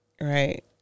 Right